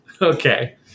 Okay